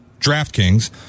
DraftKings